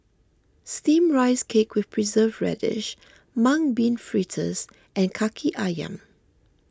Steamed Rice Cake with Preserved Radish Mung Bean Fritters and Kaki Ayam